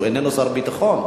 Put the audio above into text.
הוא איננו שר ביטחון.